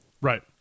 right